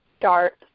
start